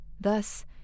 Thus